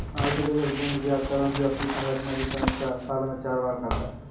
भारतीय reserve bank ब्याज दरों की अवधि संरचना की समीक्षा साल में चार बार करता है